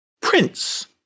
prince